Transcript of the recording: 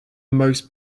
most